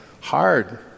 hard